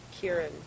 Kieran